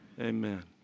amen